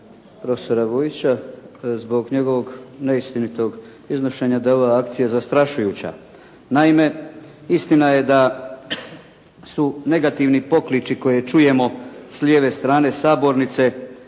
profesora Vujića zbog njegovog neistinitog iznošenja da je ova akcija zastrašujuća. Naime istina je da su negativni pokliči koje čujemo s lijeve strane sabornice